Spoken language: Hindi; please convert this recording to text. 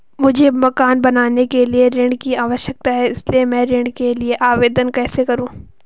मुझे मकान बनाने के लिए ऋण की आवश्यकता है इसलिए मैं ऋण के लिए आवेदन कैसे करूं?